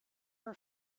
her